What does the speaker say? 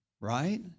right